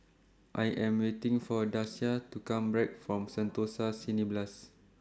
I Am waiting For Dasia to Come Back from Sentosa Cineblast